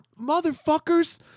motherfuckers